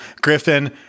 Griffin